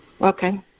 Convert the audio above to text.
Okay